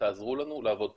תעזרו לנו לעבוד פה,